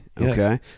okay